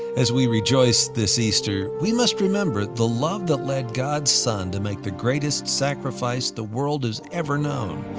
as we rejoice this easter, we must remember the love that led god's son to make the greatest sacrifice the world has ever known.